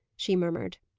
she murmured.